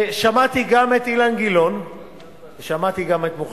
ושמעתי גם את אילן גילאון,